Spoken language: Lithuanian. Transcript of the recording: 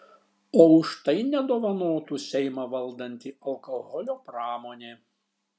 o už tai nedovanotų seimą valdanti alkoholio pramonė